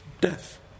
death